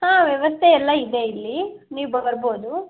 ಹಾಂ ವ್ಯವಸ್ಥೆ ಎಲ್ಲ ಇದೆ ಇಲ್ಲಿ ನೀವು ಬರ್ಬೋದು